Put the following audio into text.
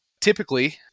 Typically